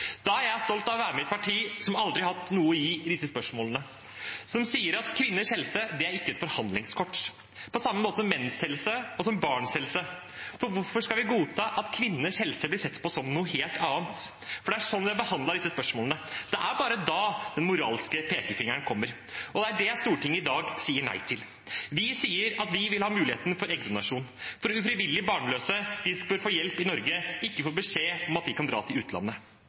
er stolt over å være med i et parti som aldri har hatt noe å gi i disse spørsmålene, som sier at kvinners helse ikke er et forhandlingskort – på samme måte som menns helse og barns helse. Hvorfor skal vi godta at kvinners helse blir sett på som noe helt annet? Det er slik vi har behandlet disse spørsmålene. Det er bare da den moralske pekefingeren kommer, og det er det Stortinget i dag sier nei til. Vi sier at vi vil ha mulighet til eggdonasjon, for ufrivillig barnløse bør få hjelp i Norge og ikke få beskjed om at de kan dra til utlandet.